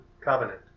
Covenant